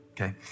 okay